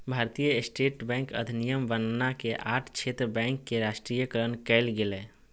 भारतीय state bank अधिनियम बनना के आठ क्षेत्र बैंक के राष्ट्रीयकरण कइल गेलय